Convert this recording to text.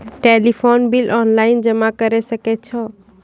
Telephone bill online जमा करै सकै छौ?